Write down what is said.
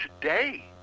today